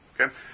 okay